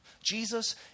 Jesus